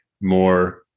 more